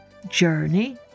Journey